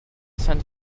sainte